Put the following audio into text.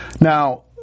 Now